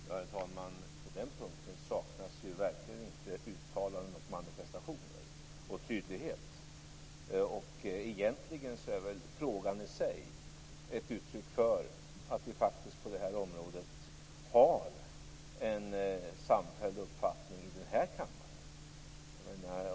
Herr talman! På den punkten saknas ju verkligen inte uttalanden, manifestationer och tydlighet. Egentligen är väl frågan i sig ett uttryck för att vi på det här området har en samfälld uppfattning i den här kammaren.